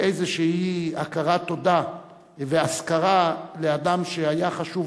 כאיזושהי הכרת תודה והזכרה לאדם שהיה חשוב